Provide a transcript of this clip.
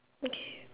okay